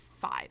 five